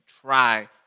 try